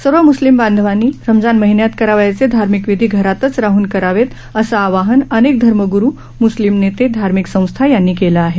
सर्व म्स्लिम बांधवांनी रमजान महिन्यात करावयाचे धार्मिक विधी घरात राहनच करावे असं आवाहन अनेक धर्मग्रू मृस्लिम नेते धार्मिक संस्था यांनी केलं आहे